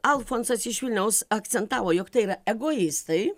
alfonsas iš vilniaus akcentavo jog tai yra egoistai